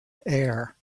air